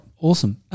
awesome